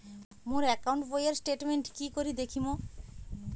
মোর account বইয়ের statement কি করি দেখিম?